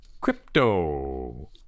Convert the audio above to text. Crypto